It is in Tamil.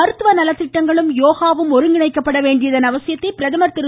மருத்துவ நலத்திட்டங்களும் யோகாவும் ஒருங்கிணைக்கப்பட வேண்டியதன் அவசியத்தை பிரதமா் திரு